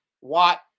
Watt